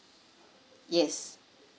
yes